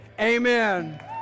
Amen